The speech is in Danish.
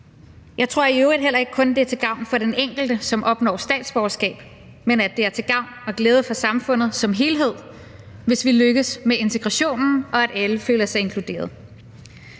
Jeg tror i øvrigt heller ikke kun, det er til gavn for den enkelte, som opnår statsborgerskab, men at det er til gavn og glæde for samfundet som helhed, hvis vi lykkes med integrationen og alle føler sig inkluderet.